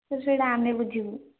sir ସେଇଟା ଆମେ ବୁଝିବୁ